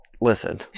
Listen